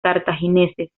cartagineses